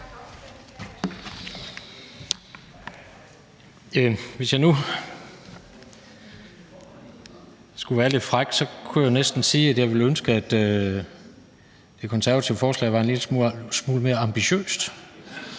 Hvis jeg nu skulle være lidt fræk, kunne jeg jo sige, at jeg næsten ville ønske, at det konservative forslag var en lille smule mere ambitiøst.